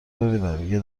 ببینم، یه